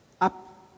up